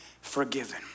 forgiven